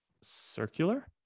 circular